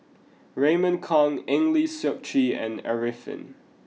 Raymond Kang Eng Lee Seok Chee and Arifin